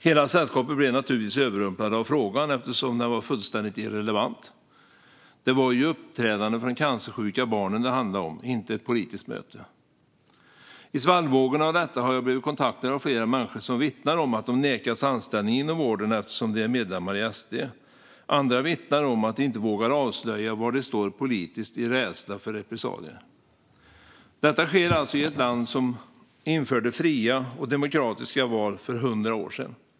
Hela sällskapet blev naturligtvis överrumplat av frågan eftersom den var fullständigt irrelevant. Det var ju ett uppträdande för de cancersjuka barnen det handlade om, inte ett politiskt möte. I svallvågorna av detta har jag blivit kontaktad av flera människor som vittnar om att de nekats anställning inom vården eftersom de är medlemmar i SD. Andra vittnar om att de inte vågar avslöja var de står politiskt i rädsla för repressalier. Detta sker alltså i ett land som införde fria och demokratiska val för 100 år sedan.